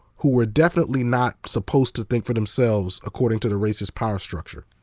who were definitely not supposed to think for themselves according to the racist power structure.